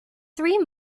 three